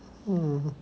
mm